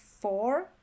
four